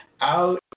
out